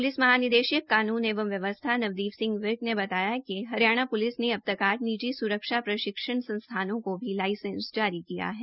police महानिदेशक कानून एवं व्यवस्था नवदीप सिंह विर्क ने बताया कि हरियाणा पुलिस ने अबतक आठ निजी सुरक्षा प्रशिक्षण संस्थानों को भी लाइसेंस जारी किया है